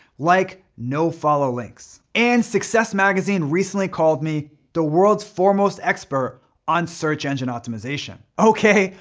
like nofollow links. and success magazine recently called me the world's foremost expert on search engine optimization. okay,